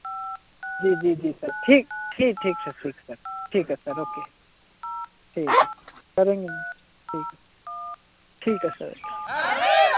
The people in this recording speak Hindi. जी जी जी सर ठीक ठीक ठीक सर ठीक सर ठीक है सर ओके ठीक सर करेंगे ठीक है ठीक है सर